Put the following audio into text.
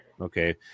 Okay